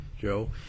Joe